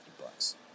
bucks